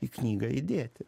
į knygą įdėti